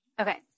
Okay